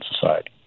society